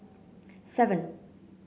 seven